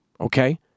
Okay